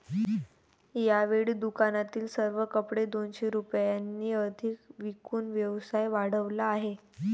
यावेळी दुकानातील सर्व कपडे दोनशे रुपयांनी अधिक विकून व्यवसाय वाढवला आहे